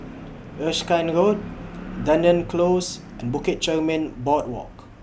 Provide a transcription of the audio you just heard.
Erskine Road Dunearn Close and Bukit Chermin Boardwalk